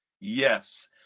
Yes